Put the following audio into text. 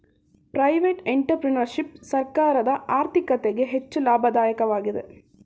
private entrepreneurship ಸರ್ಕಾರದ ಆರ್ಥಿಕತೆಗೆ ಹೆಚ್ಚು ಲಾಭದಾಯಕವಾಗಿದೆ